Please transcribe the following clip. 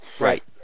Right